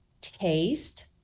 taste